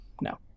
no